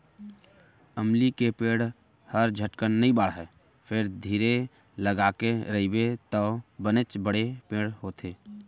अमली के पेड़ हर झटकन नइ बाढ़य फेर धीर लगाके रइबे तौ बनेच बड़े पेड़ होथे